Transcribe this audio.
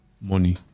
money